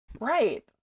Right